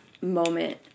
moment